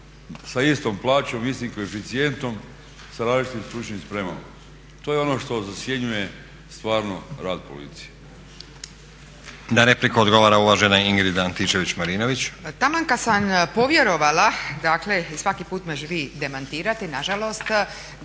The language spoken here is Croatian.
Na repliku odgovara uvažena Ingrid Antičević-Marinović.